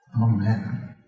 Amen